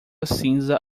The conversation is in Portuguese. cinza